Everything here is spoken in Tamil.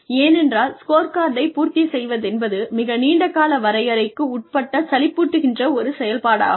ஏனென்றால் ஸ்கோர்கார்டை பூர்த்தி செய்வதென்பது மிக நீண்ட கால வரையறைக்கு உட்பட்ட சலிப்பூட்டுகின்ற ஒரு செயல்பாடாகும்